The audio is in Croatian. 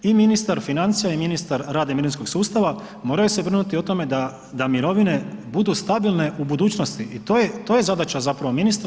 I ministar financija i ministar rada i mirovinskog sustava moraju se brinuti o tome da mirovine budu stabilne u budućnosti i to je zadaća ministra.